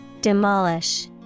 Demolish